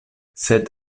sed